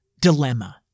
dilemma